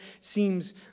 seems